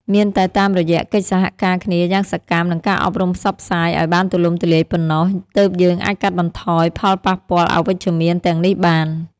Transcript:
មានតែតាមរយៈកិច្ចសហការគ្នាយ៉ាងសកម្ម និងការអប់រំផ្សព្វផ្សាយឲ្យបានទូលំទូលាយប៉ុណ្ណោះ ទើបយើងអាចកាត់បន្ថយផលប៉ះពាល់អវិជ្ជមានទាំងនេះបាន។